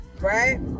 right